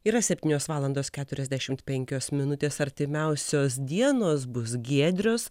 yra septynios valandos keturiasdešimt penkios minutės artimiausios dienos bus giedrios